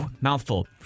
Mouthful